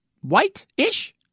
white-ish